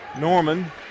Norman